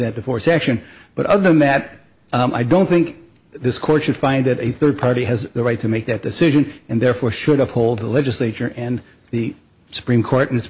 that divorce action but other than that i don't think this court should find that a third party has the right to make that decision and therefore should uphold the legislature and the supreme court in it